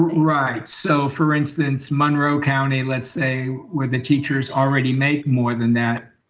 right. so for instance, monroe county, let's say where the teachers already make more than that.